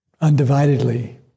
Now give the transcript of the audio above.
undividedly